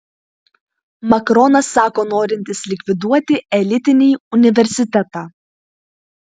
makronas sako norintis likviduoti elitinį universitetą